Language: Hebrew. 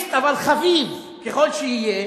פאשיסט אבל חביב ככל שיהיה,